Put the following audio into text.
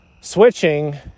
switching